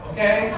Okay